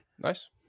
nice